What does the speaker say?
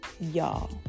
y'all